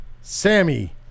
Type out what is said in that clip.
Sammy